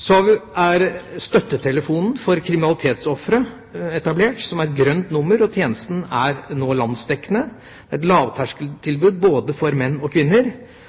Så er Støttetelefonen for kriminalitetsofre etablert, som er et grønt nummer, og tjenesten er et landsdekkende lavterskeltilbud for både menn og kvinner.